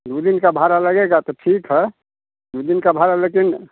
दो दिन का भाड़ा लगेगा तो ठीक है दो दिन का भाड़ा लेकिन